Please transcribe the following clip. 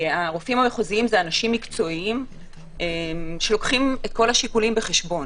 הרופאים המחוזיים הם אנשים מקצועיים שלוקחים את כל השיקולים בחשבון.